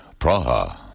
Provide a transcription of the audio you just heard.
Praha